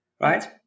right